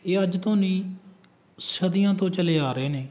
ਇਹ ਅੱਜ ਤੋਂ ਨਹੀਂ ਸਦੀਆਂ ਤੋਂ ਚਲੇ ਆ ਰਹੇ ਨੇ